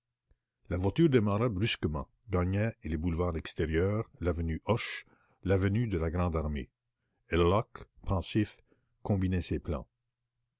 la voiture démarra brusquement gagna les boulevards extérieurs l'avenue hoche l'avenue de la grande-armée herlock pensif continuait ses plans